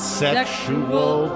sexual